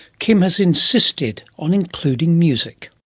kim has insisted on including music.